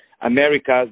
America's